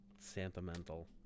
Sentimental